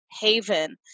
haven